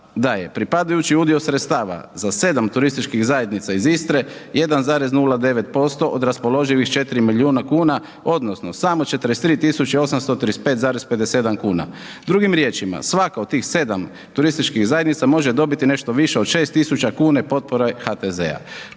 da je pripadajući udio sredstava za 7 turističkih zajednica iz Istre, 1,09% od raspoloživih 4 milijuna kuna odnosno samo 43 835, 57 kuna. Drugim riječima, svaka od tih 7 turističkih zajednica može dobiti nešto više od 6000 kuna potpora HTZ-a.